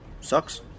sucks